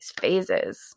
phases